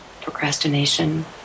procrastination